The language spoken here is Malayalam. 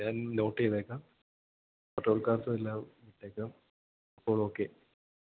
ഞാൻ നോട്ട് ചെയ്തേക്കാം പെട്രോൾ കാർസ് എല്ലാം വിട്ടേക്കാം അപ്പോൾ ഓക്കെ